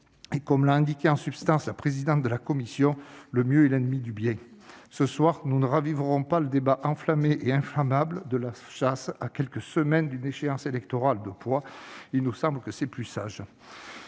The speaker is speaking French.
et comme l'a indiqué en substance Mme la présidente de la commission des affaires économiques, le mieux est l'ennemi du bien. Ce soir, nous ne raviverons pas le débat enflammé et inflammable de la chasse, à quelques semaines d'une échéance électorale de poids : il nous semble que c'est plus sage.